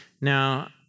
Now